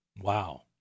Wow